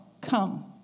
come